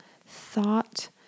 thought